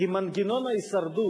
כי מנגנון ההישרדות,